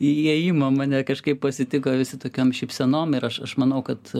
įėjimo mane kažkaip pasitiko visi tokiom šypsenom ir aš aš manau kad